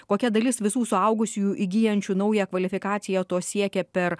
kokia dalis visų suaugusiųjų įgyjančių naują kvalifikaciją to siekia per